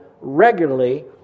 regularly